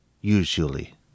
usually